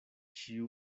ĉiu